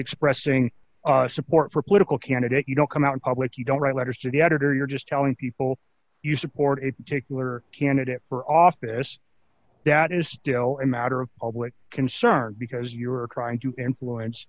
expressing support for political candidate you don't come out in public you don't write letters to the editor you're just telling people you support a particular candidate for office that is still a matter of public concern because you are trying to influence